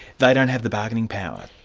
they don't have the bargaining power.